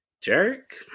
Jerk